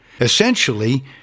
Essentially